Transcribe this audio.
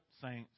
saints